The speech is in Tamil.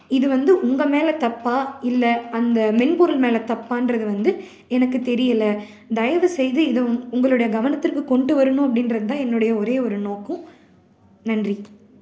இது வந்து உங்கள் மேல் தப்பா இல்லை அந்த மென்பொருள் மேல் தப்பான்றது வந்து எனக்கு தெரியலை தயவு செய்து இதை உங்களுடைய கவனத்திற்கு கொண்டுட்டு வரணும் அப்படின்றது தான் என்னுடைய ஒரே ஒரு நோக்கம் நன்றி